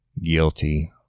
guilty